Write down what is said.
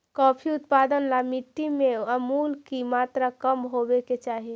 coffee उत्पादन ला मिट्टी में अमूल की मात्रा कम होवे के चाही